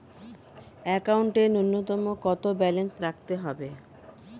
একাউন্টে নূন্যতম কত ব্যালেন্স রাখতে হবে?